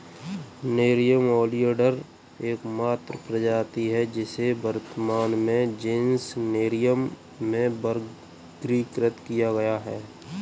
nerium oleander एकमात्र प्रजाति है जिसे वर्तमान में जीनस नेरियम में वर्गीकृत किया गया है